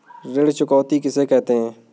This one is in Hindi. ऋण चुकौती किसे कहते हैं?